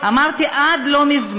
אבל לא רק, אמרתי: עד לא מזמן.